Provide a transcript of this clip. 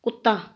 ਕੁੱਤਾ